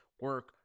Work